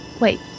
Wait